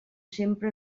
sempre